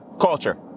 culture